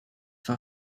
war